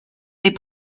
des